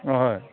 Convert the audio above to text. হয়